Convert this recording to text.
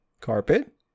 carpet